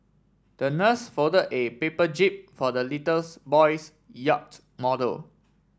the nurse folded a paper jib for the little boy's yacht model